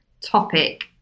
topic